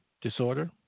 disorder